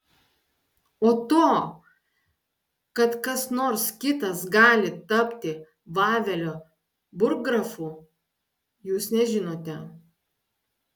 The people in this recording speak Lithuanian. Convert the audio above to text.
o to kad kas nors kitas gali tapti vavelio burggrafu jūs nežinote